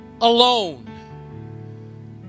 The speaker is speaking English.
alone